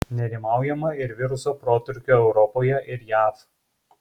nerimaujama ir viruso protrūkio europoje ir jav